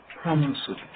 promises